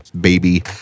baby